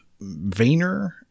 Vayner